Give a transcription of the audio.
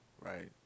right